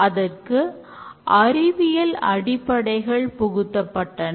அதற்கு அறிவியல் அடிப்படைகள் புகுத்தப்பட்டன